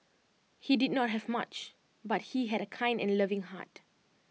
he did not have much but he had A kind and loving heart